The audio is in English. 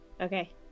okay